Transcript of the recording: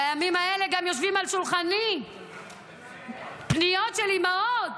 בימים האלה גם יושבות על שולחני פניות של אימהות